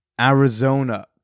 arizona